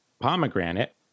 Pomegranate